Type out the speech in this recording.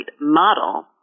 model